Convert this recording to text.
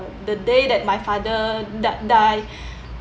the day that my father die die